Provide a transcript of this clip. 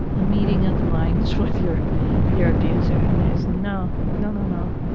a meeting of the minds with your your abuser and it's no! no, no, no.